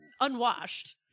unwashed